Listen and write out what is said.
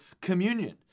communion